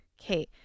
Okay